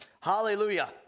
Hallelujah